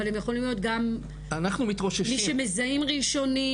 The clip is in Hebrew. אבל הם יכולים להיות גם מי שמזהים ראשונים.